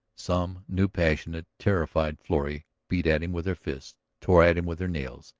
some new passionate, terrified florrie, beat at him with her fists, tore at him with her nails,